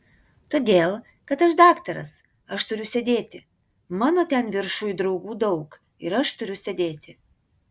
todėl kad aš daktaras aš turiu sėdėti mano ten viršuj draugų daug ir aš turiu sėdėti